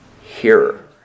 hearer